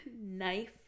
knife